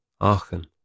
Aachen